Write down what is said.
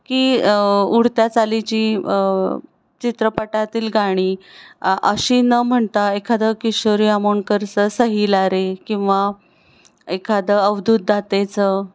की उडत्या चालीची चित्रपटातील गाणी अशी न म्हणता एखादं किशोरी आमोणकरचं सहेला रे किंवा एखादं अवधूत दातेचं